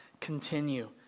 continue